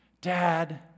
Dad